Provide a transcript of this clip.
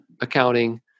accounting